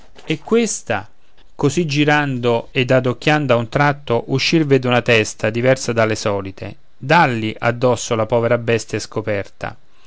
e questa così girando ed adocchiando a un tratto uscir vede una testa diversa dalle solite dàlli addosso la povera bestia è scoperta